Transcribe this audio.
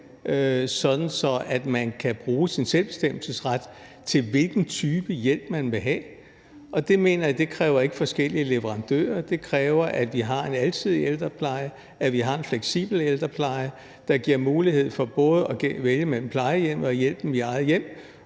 at man kan bruge sin selvbestemmelsesret til, hvilken type hjælp man vil have. Det mener jeg ikke kræver forskellige leverandører. Det kræver, at vi har en alsidig ældrepleje, og at vi har en fleksibel ældrepleje, der giver mulighed for både at vælge mellem plejehjem og hjælpen i eget hjem,